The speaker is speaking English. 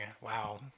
Wow